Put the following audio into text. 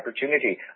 opportunity